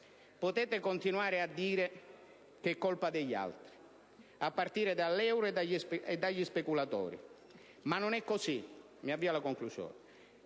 Potete continuare a dire che è colpa degli altri, a partire dall'euro e dagli speculatori, ma non è così, o meglio, non è solo